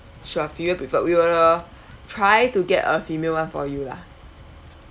sure female crab we will try to get a female one for you lah